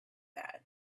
that